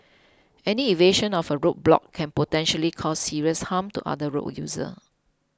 any evasion of a road block can potentially cause serious harm to other road users